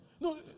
No